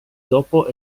dopo